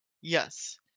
yes